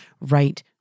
right